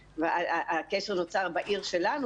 הקשר נוצר בעיר שלנו,